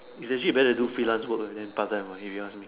it is actually better to do freelance work and then part time lah if you ask me